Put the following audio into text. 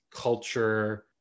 culture